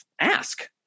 ask